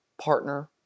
partner